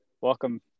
welcome